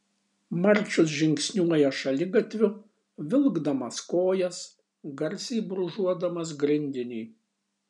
marčius žingsniuoja šaligatviu vilkdamas kojas garsiai brūžuodamas grindinį